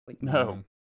No